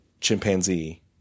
chimpanzee